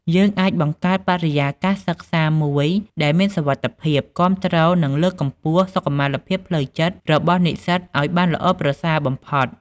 យើងអាចបង្កើតបរិយាកាសសិក្សាមួយដែលមានសុវត្ថិភាព គាំទ្រ និងលើកកម្ពស់សុខុមាលភាពផ្លូវចិត្តរបស់និស្សិតឱ្យបានល្អប្រសើរបំផុត។